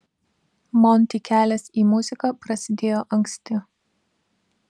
monty kelias į muziką prasidėjo anksti